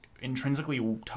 intrinsically